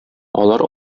алар